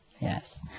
Yes